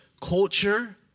culture